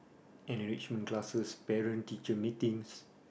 enrichment classes parent teacher meetings